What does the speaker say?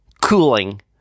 cooling